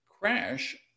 crash